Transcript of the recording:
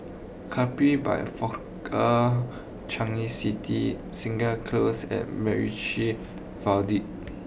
Capri by Fraser Changi City Segar close and MacRitchie Viaduct